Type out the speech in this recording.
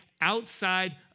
outside